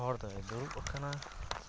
ᱦᱚᱲᱫᱚᱭ ᱫᱩᱲᱩᱵ ᱟᱠᱟᱱᱟ